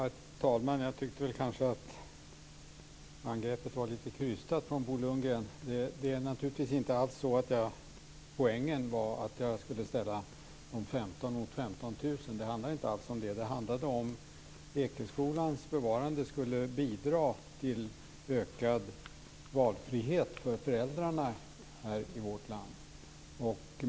Herr talman! Jag tyckte att angreppet var lite krystat från Bo Lundgren. Poängen var naturligtvis inte alls att jag skulle ställa de 15 mot 15 000. Det handlar inte alls om det. Det handlade om huruvida Ekeskolans bevarande skulle bidra till ökad valfrihet för föräldrarna i vårt land.